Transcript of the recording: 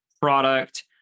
product